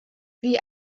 wie